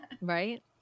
Right